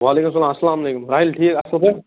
وَعلیکُم اَسَلام اَسَلام علیکُم ساحل ٹھیٖک اَصٕل پٲٹھۍ